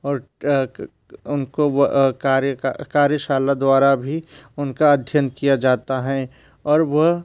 और उनको कार्य का कार्यशाला द्वारा भी उनका अध्ययन किया जाता है और वो